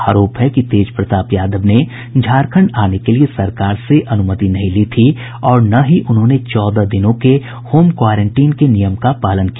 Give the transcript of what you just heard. आरोप है कि तेज प्रताप यादव ने झारखण्ड आने के लिये सरकार से अनुमति नहीं ली थी और न ही उन्होंने चौदह दिनों के होम क्वारेंटीन के नियम का पालन किया